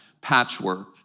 patchwork